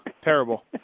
terrible